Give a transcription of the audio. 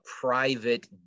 private